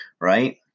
Right